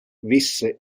visse